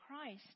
Christ